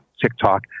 TikTok